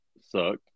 sucked